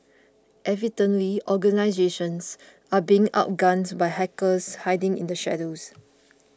evidently organisations are being outgunned by hackers hiding in the shadows